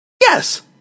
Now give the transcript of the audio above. Yes